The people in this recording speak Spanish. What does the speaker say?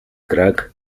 crack